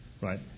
right